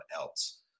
else